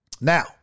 Now